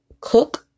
COOK